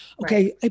Okay